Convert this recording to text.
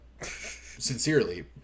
Sincerely